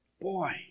boy